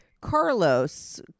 Carlos